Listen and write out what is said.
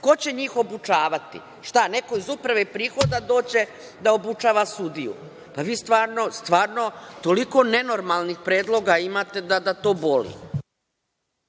ko će njih obučavati? Šta? Neko iz Uprave prihoda dođe da obučava sudiju? Pa, vi stvarno toliko nenormalnih predloga imate, da to boli.